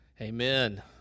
amen